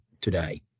today